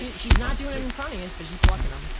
yeah she's not doing it in front of you, but she's pluckin' em.